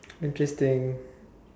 interesting